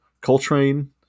Coltrane